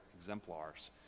exemplars